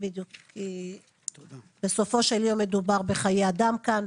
כי בסופו של יום מדובר בחיי אדם כאן,